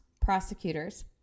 prosecutors